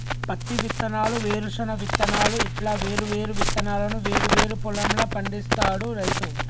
పత్తి విత్తనాలు, వేరుశన విత్తనాలు ఇట్లా వేరు వేరు విత్తనాలను వేరు వేరు పొలం ల పండిస్తాడు రైతు